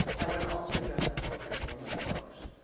that would also address that four point four million dollars.